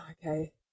okay